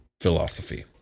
philosophy